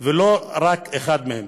ולא רק אחד מהם,